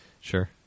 sure